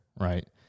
right